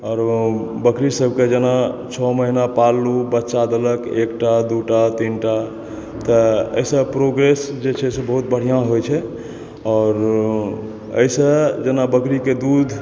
आओर बकरी सभकेँ जेना छओ महीना पाललुँ बच्चा देलक एकटा दूटा तीनटा तऽ एहिसँ प्रोग्रेस जे छै से बहुत बढ़िआँ होइत छै आओर एहिसँ जेना बकरीके दूध